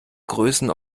größen